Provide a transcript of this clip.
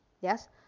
Yes